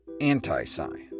anti-science